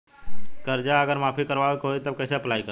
कर्जा अगर माफी करवावे के होई तब कैसे अप्लाई करम?